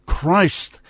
Christ